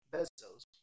Bezos